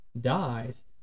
dies